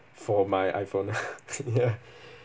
for my iPhone ya